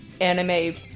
anime